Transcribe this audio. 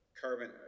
carbon